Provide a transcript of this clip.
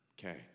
Okay